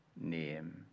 name